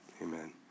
Amen